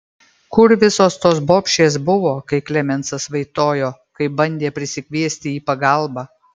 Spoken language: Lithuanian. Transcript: kur visos tos bobšės buvo kai klemensas vaitojo kai bandė prisikviesti į pagalbą